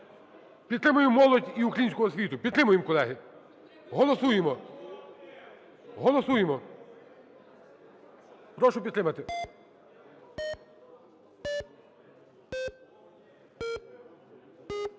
Підтримаємо молодь і українську освіту. Підтримуємо, колеги! Голосуємо! Голосуємо! Прошу підтримати!